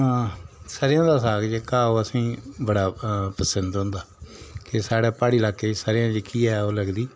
आं सरेआं दा साग जेह्का ओह् असें गी ओह् बड़ा पसंद होंदा की साढ़े प्हाड़ी लाकै च सरेआं जेह्की ऐ ओह् लगदी